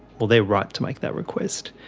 well they're right to make that request.